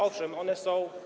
Owszem, one są.